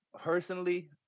personally